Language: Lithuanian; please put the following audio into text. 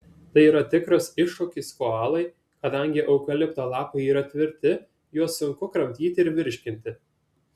tai yra tikras iššūkis koalai kadangi eukalipto lapai yra tvirti juos sunku kramtyti ir virškinti